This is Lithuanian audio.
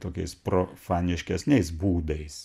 tokiais profaniškesniais būdais